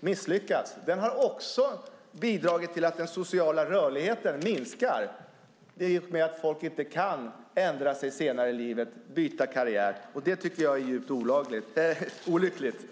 misslyckats. Den har också bidragit till att den sociala rörligheten minskar i och med att folk inte kan ändra sig senare i livet och byta karriär. Jag tycker att det är djupt olyckligt.